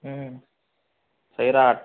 Sairat